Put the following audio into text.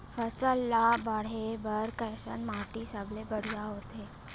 फसल ला बाढ़े बर कैसन माटी सबले बढ़िया होथे?